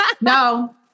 no